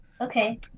Okay